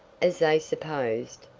as they supposed,